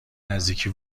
نزدیکی